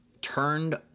turned